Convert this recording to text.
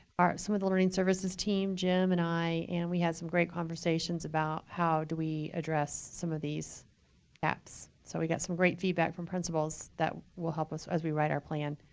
some of the learning services team, jim and i, and we had some great conversations about how do we address some of these gaps. so we got some great feedback from principals that will help us as we write our plan.